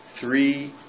three